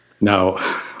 Now